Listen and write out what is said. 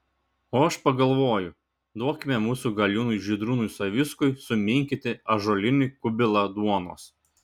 o aš pagalvoju duokime mūsų galiūnui žydrūnui savickui suminkyti ąžuolinį kubilą duonos